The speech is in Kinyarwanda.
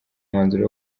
umwanzuro